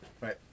Right